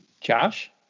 Josh